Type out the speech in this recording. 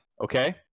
okay